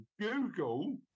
Google